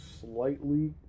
slightly